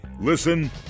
Listen